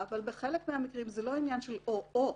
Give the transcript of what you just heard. בחלק מהמקרים זה לא או או,